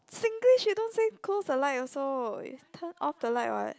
Singlish you don't say closed the lights also it's turned off the light [what]